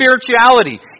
spirituality